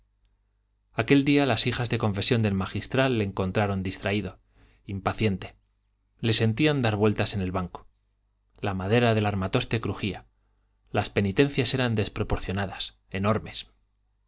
aquel día las hijas de confesión del magistral le encontraron distraído impaciente le sentían dar vueltas en el banco la madera del armatoste crujía las penitencias eran desproporcionadas enormes